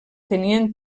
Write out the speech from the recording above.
tenien